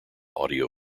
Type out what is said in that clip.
audio